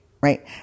right